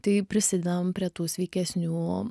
tai prisidedam prie tų sveikesnių